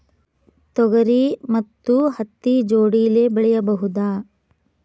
ತೊಗರಿ ಮತ್ತು ಹತ್ತಿ ಜೋಡಿಲೇ ಬೆಳೆಯಬಹುದಾ?